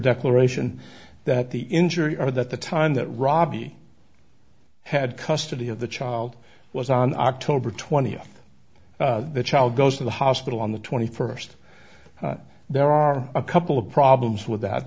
declaration that the injury or that the time that robbie had custody of the child was on october twentieth the child goes to the hospital on the twenty first there are a couple of problems with